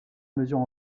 mesure